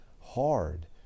hard